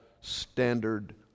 standard